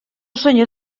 senyor